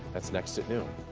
that's next at noon.